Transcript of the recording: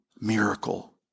Miracle